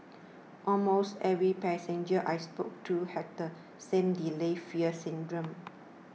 almost every passenger I spoke to had the same delayed fear syndrome